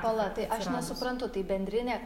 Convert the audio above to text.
pala tai aš nesuprantu tai bendrinė